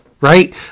right